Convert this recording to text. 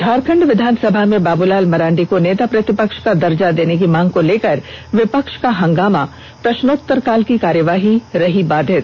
झारखंड विधानसभा में बाबूलाल मरांडी को नेता प्रतिपक्ष का दर्जा देने की मांग को लेकर विपक्ष का हंगामा प्रश्नोत्तरकाल की कार्यवाही रही बाधित